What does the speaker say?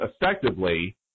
effectively